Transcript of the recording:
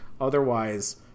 otherwise